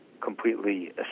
completely